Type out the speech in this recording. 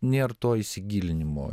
nėr to įsigilinimo